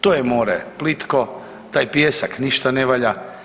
To je more plitko, taj pijesak ništa ne valja.